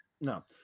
No